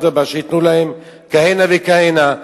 אדרבה, שייתנו להם כהנה וכהנה.